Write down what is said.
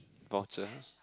torture